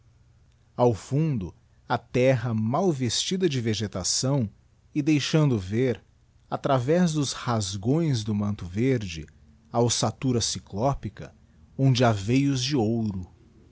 ao fundo a terra mal vestida de vegetação e deixando ver atra vez dos rasgões do manto verde a ossatura cyclopica onde ha veios de ouro